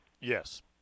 Yes